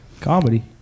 Comedy